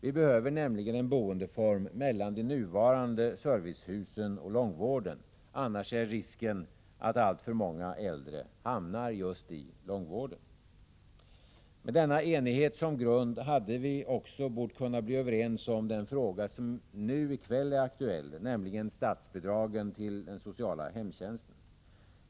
Vi behöver nämligen en boendeform mellan de nuvarande servicehusen och långvården. Annars är risken att alltför många äldre hamnar på just långvården. Med denna enighet som grund hade vi också bort kunna bli överens om den fråga som i dag är aktuell, nämligen statsbidragen till den sociala hemtjänsten.